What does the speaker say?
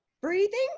Breathing